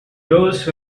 those